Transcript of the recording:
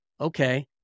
okay